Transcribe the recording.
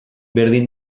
berdin